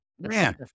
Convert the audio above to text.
man